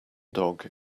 dog